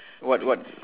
what what